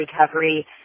recovery